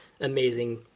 amazing